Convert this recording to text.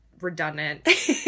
redundant